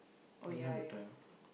don't have the time